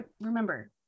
remember